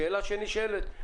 השאלה נשאלת.